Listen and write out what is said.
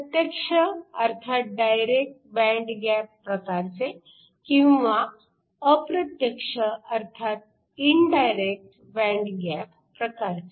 प्रत्यक्ष अर्थात direct band gap प्रकारचे किंवा अप्रत्यक्ष अर्थात इनडायरेक्ट बँड गॅप प्रकारचे